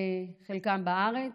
חלקם בארץ